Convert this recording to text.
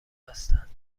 بستند